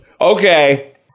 Okay